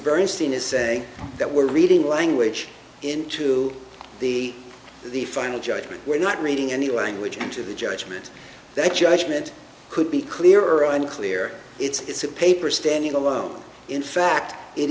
bernstein is say that we're reading language into the final judgment we're not reading any language into the judgment that judgment could be clear or unclear it's a paper standing alone in fact it